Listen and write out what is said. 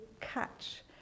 catch